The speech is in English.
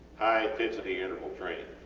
high intensity interval training.